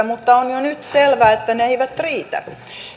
mutta on jo nyt selvää että ne eivät riitä